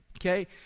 Okay